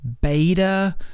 beta